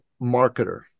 marketer